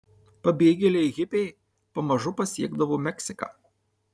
pabėgėliai hipiai pamažu pasiekdavo meksiką